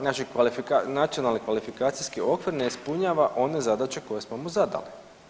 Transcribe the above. Znači Nacionalni kvalifikacijski okvir ne ispunjava one zadaće koje smo mu zadali.